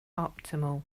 optimal